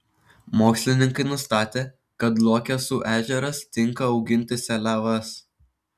mokslininkai nustatė kad luokesų ežeras tinka auginti seliavas